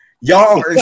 y'all